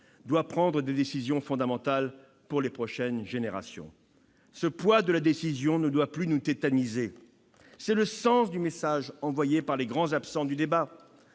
doit prendre des décisions fondamentales pour les prochaines générations. Ce poids de la décision ne doit plus nous tétaniser. C'est le sens du message envoyé par les grands absents du débat,